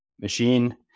machine